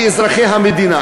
כאזרחי המדינה,